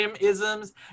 isms